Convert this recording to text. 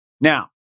Now